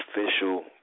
official